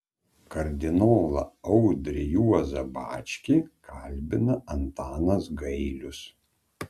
kardinolą audrį juozą bačkį kalbina antanas gailius